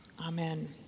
Amen